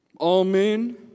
Amen